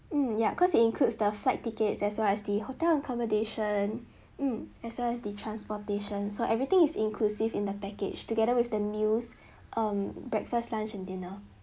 mm ya cause it includes the flight tickets as well as the hotel accommodation mm as well as the transportation so everything is inclusive in the package together with the meals um breakfast lunch and dinner